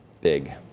big